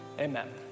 amen